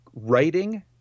Writing